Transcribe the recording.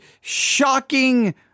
shocking